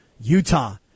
Utah